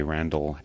Randall